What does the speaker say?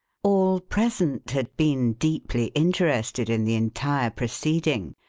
all present had been deeply interested in the entire proceeding,